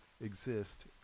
exist